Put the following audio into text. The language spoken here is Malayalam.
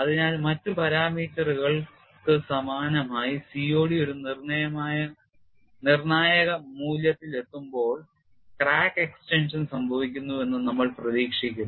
അതിനാൽ മറ്റ് പാരാമീറ്ററുകൾക്ക് സമാനമായി COD ഒരു നിർണായക മൂല്യത്തിൽ എത്തുമ്പോൾ ക്രാക്ക് എക്സ്റ്റൻഷൻ സംഭവിക്കുന്നു എന്ന് നമ്മൾ പ്രതീക്ഷിക്കുന്നു